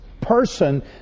person